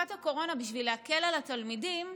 בתקופת הקורונה, בשביל להקל על התלמידים,